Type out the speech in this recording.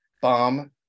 Bomb